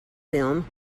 film